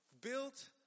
built